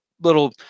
little